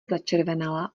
začervenala